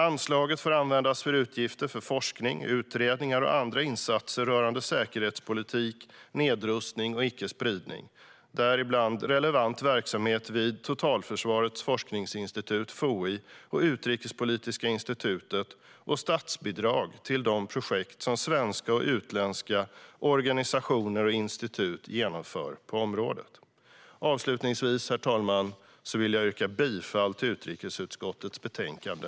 Anslaget får användas för utgifter för forskning, utredningar och andra insatser rörande säkerhetspolitik, nedrustning och icke-spridning - däribland relevant verksamhet vid Totalförsvarets forskningsinstitut, FOI, och Utrikespolitiska institutet samt statsbidrag till de projekt som svenska och utländska organisationer och institut genomför på området. Avslutningsvis, herr talman, yrkar jag bifall till förslaget i utrikesutskottets betänkande.